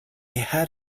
had